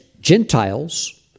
Gentiles